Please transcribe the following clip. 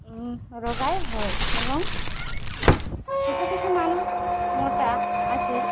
রোগাই হয় এবং কিছু কিছু মানুষ মোটা আছে